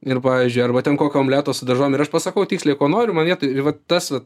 ir pavyzdžiui arba ten kokio omleto su daržovėm ir aš pasakau tiksliai ko noriu man vietoj ir vat tas vat